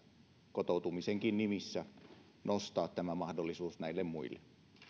kotoutumisenkin nimissä nostaa tämä mahdollisuus näille muille